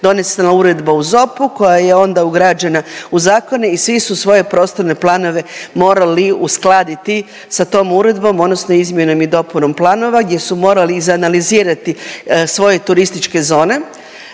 donesena uredba o ZOP-u koja je onda ugrađena u zakon i svi su svoje prostorne planove morali uskladiti sa tom uredbom odnosno izmjenom i dopunom planova gdje su morali izanalizirati svoje turističke zone